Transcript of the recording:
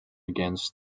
against